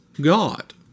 God